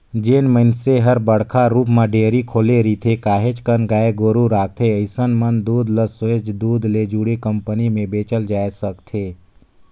जेन मइनसे हर बड़का रुप म डेयरी खोले रिथे, काहेच कन गाय गोरु रखथे अइसन मन दूद ल सोयझ दूद ले जुड़े कंपनी में बेचल जाय सकथे